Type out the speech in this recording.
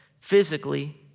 physically